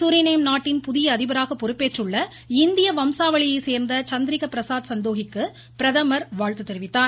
Suriname நாட்டின் புதிய அதிபராக பொறுப்பேற்றுள்ள இந்திய வம்சாவளியை சேர்ந்த சந்திரிக்க பிரசாத் சந்தோகிக்கு பிரதமர் வாழ்த்து தெரிவித்தார்